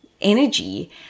energy